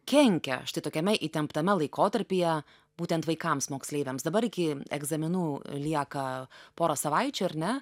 kenkia štai tokiame įtemptame laikotarpyje būtent vaikams moksleiviams dabar iki egzaminų lieka pora savaičių ar ne